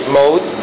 mode